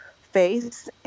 face